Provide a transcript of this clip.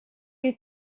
you